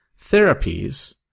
therapies